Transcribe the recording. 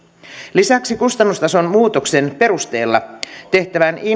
lisäksi kustannustason muutoksen perusteella tehtävän